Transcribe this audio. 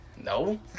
No